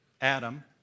Adam